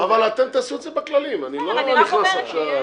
אבל אתם תעשו את זה בכללים, אני לא נכנס עכשיו.